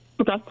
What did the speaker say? Okay